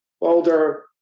older